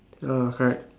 ya correct